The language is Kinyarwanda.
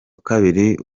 kabiri